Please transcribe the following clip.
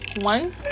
One